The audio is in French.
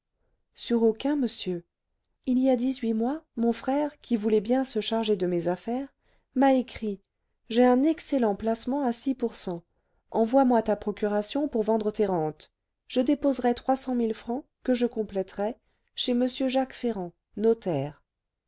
sur aucun monsieur il y a dix-huit mois mon frère qui voulait bien se charger de mes affaires m'a écrit j'ai un excellent placement à six pour cent envoie-moi ta procuration pour vendre tes rentes je déposerai trois cent mille francs que je compléterai chez m jacques ferrand notaire